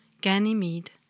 Ganymede